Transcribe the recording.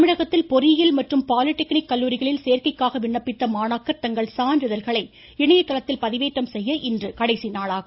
தமிழகத்தில் பொறியியல் மற்றும் பாலிடெக்னிக் கல்லூரிகளில் சேர்க்கைக்காக விண்ணப்பித்த மாணாக்கர் தங்கள் சான்றிதழ்களை இணையதளத்தில் பதிவேற்றம் செய்ய இன்று கடைசி நாளாகும்